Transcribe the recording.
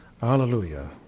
hallelujah